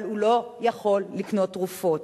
אבל הוא לא יכול לקנות תרופות.